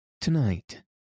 Tonight